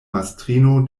mastrino